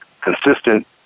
consistent